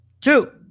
two